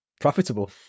profitable